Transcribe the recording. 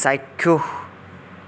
চাক্ষুষ